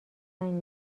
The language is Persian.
زنگ